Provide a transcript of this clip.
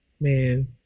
man